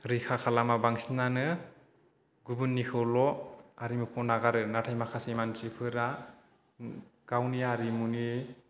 रैखा खालामा बांसिनानो गुबुननिखौल' हारिमुखौ नागारो नाथाय माखासे मानसिफोरा गावनि हारिमुनि